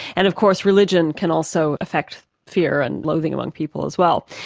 and of course religion can also effect fear and loathing among people as well.